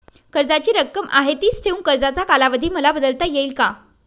कर्जाची रक्कम आहे तिच ठेवून कर्जाचा कालावधी मला बदलता येईल का?